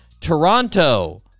Toronto